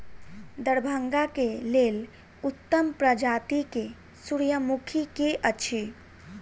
दरभंगा केँ लेल उत्तम प्रजाति केँ सूर्यमुखी केँ अछि?